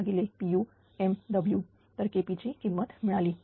तर KP ची किंमत मिळाली